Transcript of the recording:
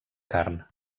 carn